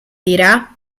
dirà